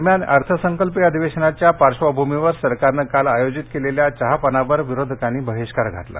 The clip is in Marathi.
दरम्यान अर्थसंकल्पीय अधिवेशनाच्या पार्श्वभूमीवर सरकारनं काल आयोजित केलेल्या चहापानावर विरोधकांनी बहिष्कार घातला